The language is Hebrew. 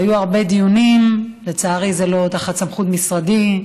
והיו הרבה דיונים, לצערי, זה לא תחת סמכות משרדי,